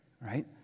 Right